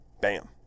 Bam